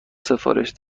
سفارش